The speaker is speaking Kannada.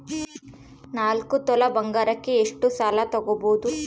ನಾಲ್ಕು ತೊಲಿ ಬಂಗಾರಕ್ಕೆ ಎಷ್ಟು ಸಾಲ ತಗಬೋದು?